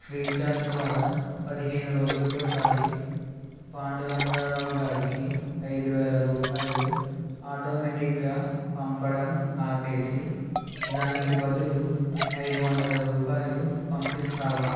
Freecharge ద్వారా పదిహేను రోజులకోసారి పాండురంగారావు గారికి ఐదు వేలు రూపాయలు ఆటోమెటిక్గా పంపడం ఆపేసి దానికి బదులు ఐదు వందలు రూపాయలు పంపిస్తావా